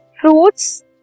fruits